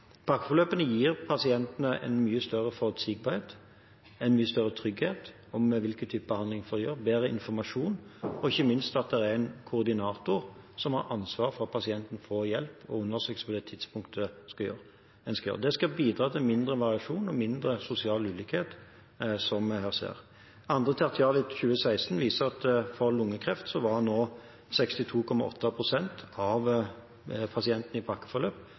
Pakkeforløpene gir pasientene en mye større forutsigbarhet, en mye større trygghet for hvilken type behandling de får, og bedre informasjon. Ikke minst er det nå en koordinator som har ansvar for at pasientene får hjelp og undersøkelse på det tidspunktet de skal. Det skal bidra til mindre variasjon og mindre sosial ulikhet – problemer vi har sett. Andre tertial 2016 viser at for lungekreft fikk 62,8 pst. av pasientene i pakkeforløp